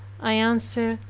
i answered,